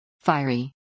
Fiery